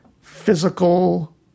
physical